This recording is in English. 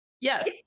Yes